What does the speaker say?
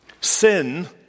Sin